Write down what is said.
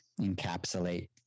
encapsulate